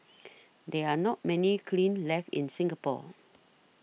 there are not many kilns left in Singapore